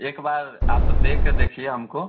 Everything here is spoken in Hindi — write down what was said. एक बार आप देकर देखिए हमको